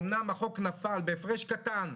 אומנם החוק נפל בהפרש קטן.